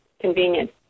convenient